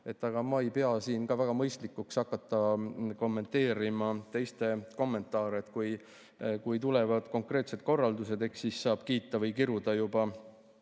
Aga ma ei pea ka väga mõistlikuks hakata kommenteerima teiste kommentaare. Kui tulevad konkreetsed korraldused, eks siis saab juba edasi kiita või